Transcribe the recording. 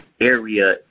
area